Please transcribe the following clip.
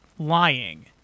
lying